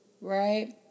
right